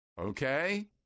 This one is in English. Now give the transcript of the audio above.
Okay